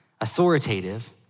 authoritative